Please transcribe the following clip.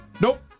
Nope